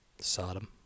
Sodom